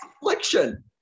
affliction